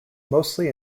mostly